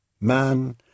Man